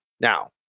Now